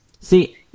See